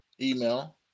Email